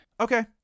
Okay